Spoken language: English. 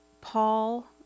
Paul